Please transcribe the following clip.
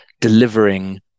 delivering